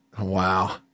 wow